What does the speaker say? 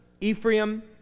Ephraim